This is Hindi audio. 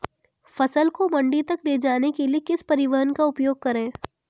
फसल को मंडी तक ले जाने के लिए किस परिवहन का उपयोग करें?